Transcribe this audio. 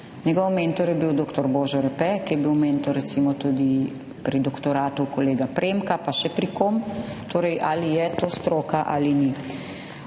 njegov mentor je bil dr. Božo Repe, ki je bil mentor recimo tudi pri doktoratu kolega Premka pa še pri kom. Torej, ali je to stroka ali ni?